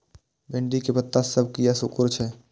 भिंडी के पत्ता सब किया सुकूरे छे?